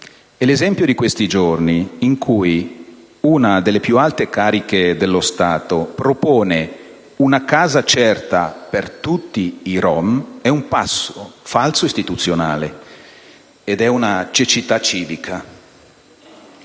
e l'esempio di questi giorni, che ha visto una delle più alte cariche dello Stato proporre una casa certa per tutti i rom, è un passo falso istituzionale ed è una cecità civica.